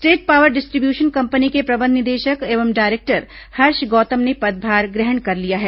state power distribution company के प्रबंध निदेशक एवं डायरेक्टर हर्ष गौतम ने पदभार ग्रहण कर लिया है